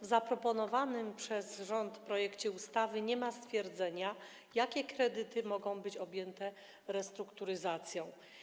W zaproponowanym przez rząd projekcie ustawy nie ma stwierdzenia, jakie kredyty mogą być objęte restrukturyzacją.